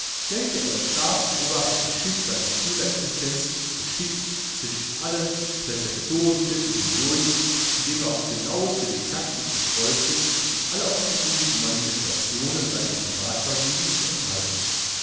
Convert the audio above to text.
lenkte er das scharf beobachtete schiff seiner schülerexistenz geschickt zwischen allen praezeptorenklippen hindurch indem er aufs genaueste die taktik befolgte sich aller offenkundigen manifestationen seiner privatvergnügen zu enthalten